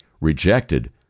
rejected